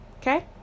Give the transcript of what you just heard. Okay